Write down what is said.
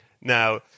Now